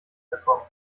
verkommen